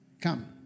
Come